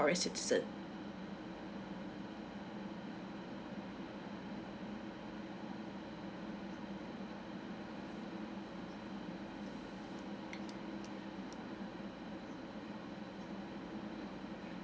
citizen